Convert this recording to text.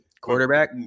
Quarterback